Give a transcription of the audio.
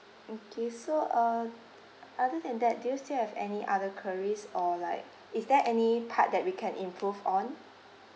okay so uh other than that do you still have any other queries or like is there any part that we can improve on